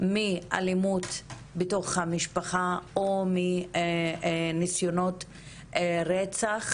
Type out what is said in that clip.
מאלימות בתוך המשפחה או מניסיונות רצח.